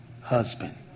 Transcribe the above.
husband